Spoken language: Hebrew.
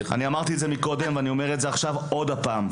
אמרתי את זה קודם ואני אומר את זה עכשיו עוד פעם,